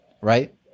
right